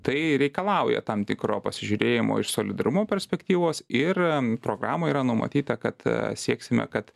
tai reikalauja tam tikro pasižiūrėjimo iš solidarumo perspektyvos ir programoje yra numatyta kad sieksime kad